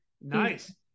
Nice